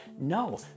No